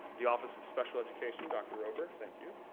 the office of special education dr. roper, thank you.